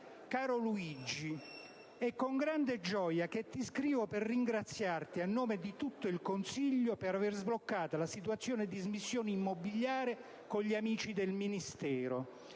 «Caro Luigi, è con grande gioia che ti scrivo per ringraziarti a nome di tutto il Consiglio, per aver sbloccato la situazione dismissione immobiliare con gli amici del Ministero.